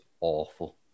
awful